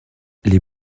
les